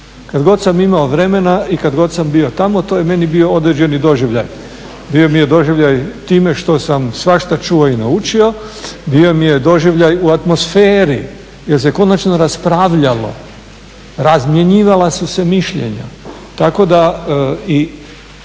Kad god sam imao vremena i kad god sam bio tamo to je meni bio određeni doživljaj. Bio mi je doživljaj time što sam svašta čuo i naučio, bio mi je doživljaj u atmosferi jer se konačno raspravljalo, razmjenjivala su se mišljenja.